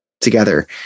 Together